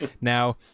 Now